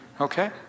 okay